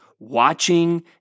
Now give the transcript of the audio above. watching